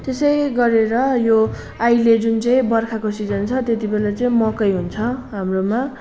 त्यसै गरेर यो अहिले जुन चाहिँ बर्खाको सिजन छ त्यति बेला चाहिँ मकै हुन्छ हाम्रोमा